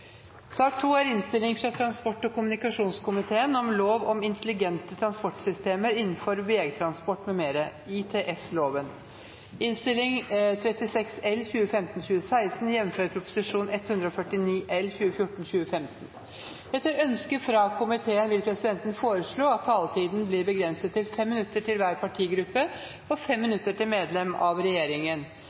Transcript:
sak nr. 1. Etter ønske fra transport- og kommunikasjonskomiteen vil presidenten foreslå at taletiden blir begrenset til 5 minutter til hver partigruppe og 5 minutter til medlem av regjeringen.